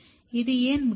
இது ஏன் முக்கியம்